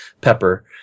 pepper